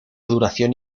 duración